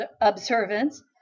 observance